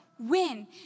win